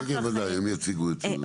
כן כן ודאי, הם יציגו את זה.